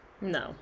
No